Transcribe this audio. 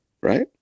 right